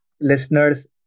listeners